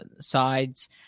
sides